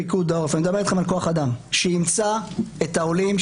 פיקוד העורף אני מדבר אתכם על כוח-אדם שימצא את העולים,